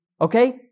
okay